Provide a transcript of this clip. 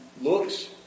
looks